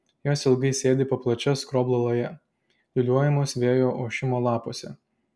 jos ilgai sėdi po plačia skroblo laja liūliuojamos vėjo ošimo lapuose